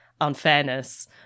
unfairness